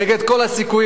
כנגד כל הסיכויים,